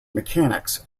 mechanics